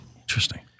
Interesting